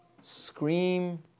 Scream